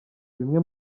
bimwe